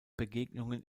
begegnungen